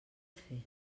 fer